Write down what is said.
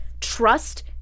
trust